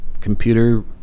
Computer